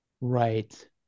right